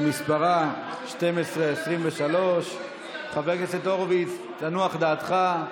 שמספרה 1223. חבר הכנסת הורוביץ, תנוח דעתך.